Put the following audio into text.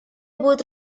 будет